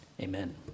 Amen